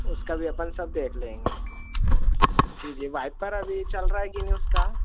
उसका भी अपन सब देख लेंगे जी जी वाइपर अभी चल रहा है कि नहीं उसका